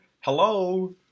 Hello